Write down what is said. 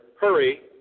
hurry